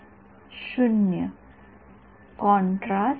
0 विद्यार्थी 0 कॉन्ट्रास्ट